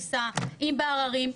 נעשה את הספירה, הרי החיים עושים את שלהם.